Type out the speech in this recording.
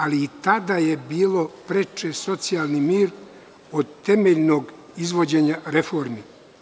Ali, i tada je bio preči socijalni mir od temeljnog izvođenja reformi.